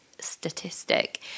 statistic